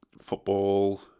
football